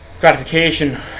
gratification